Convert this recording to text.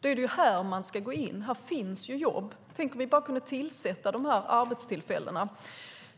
Därför är det här man ska gå in. Här finns möjligheter till jobb. Tänk om vi kunde tillsätta dessa arbeten. Vi måste